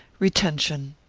retention.